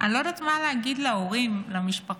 אני לא יודעת מה להגיד להורים, למשפחות.